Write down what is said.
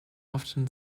often